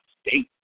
state